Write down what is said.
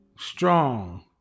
Strong